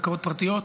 הקרקעות פרטיות,